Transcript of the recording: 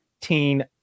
teen